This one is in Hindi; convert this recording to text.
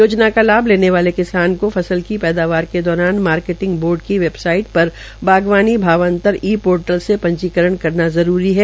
योजना का लाभ लेने वाले किसान को फसल की पैदावार के दौरान मार्केटिंग बोर्ड की वेबसाइट पर बागवानी भावांतर ई पोर्टल से पंजीकरण करना जरूरी है